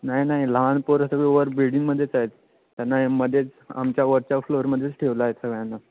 नाही नाही लहान पोरं सगळी वर बिल्डिंगमध्येच आहेत त्यांना हेमदेच आमच्या वरच्या फ्लोअरमध्येच ठेवला आहे सगळ्यांना